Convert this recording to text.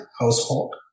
household